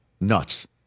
Nuts